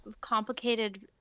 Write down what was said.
complicated